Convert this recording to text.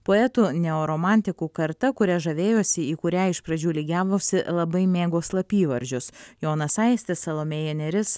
poetų neoromantikų karta kuria žavėjosi į kurią iš pradžių lygiavosi labai mėgo slapyvardžius jonas aistis salomėja nėris